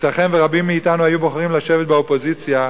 ייתכן שרבים מאתנו היו בוחרים לשבת באופוזיציה,